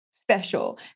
special